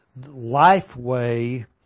LifeWay